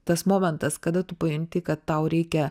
tas momentas kada tu pajunti kad tau reikia